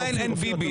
באף מדינה אין ביבי,